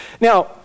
Now